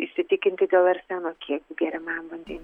įsitikinti dėl arseno kiekio geriamam vandeny